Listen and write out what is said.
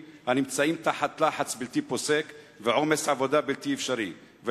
הנמצאים תחת לחץ בלתי פוסק ועומס עבודה בלתי אפשרי,